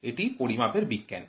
এটি পরিমাপের বিজ্ঞান